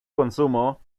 consumo